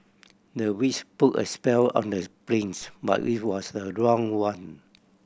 the witch put a spell on the prince but it was the wrong one